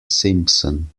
simpson